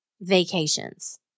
vacations